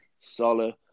solid